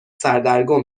سردرگم